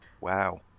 Wow